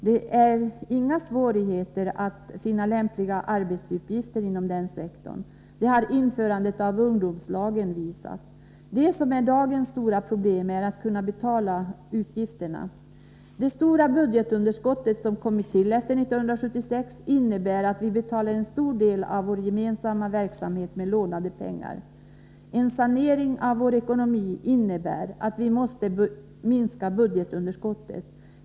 Det är inga svårigheter att finna lämpliga arbetsuppgifter inom den sektorn —det har införandet av ungdomslagen visat. Dagens stora problem är att kunna betala utgifterna. Det stora budgetunderskott som kommit till efter 1976 innebär att vi betalar en stor del av vår gemensamma verksamhet med lånade pengar. En sanering av vår ekonomi förutsätter att vi minskar budgetunderskottet.